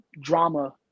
drama